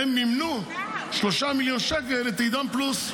מימנו בשלושה מיליון שקל את עידן פלוס.